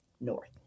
North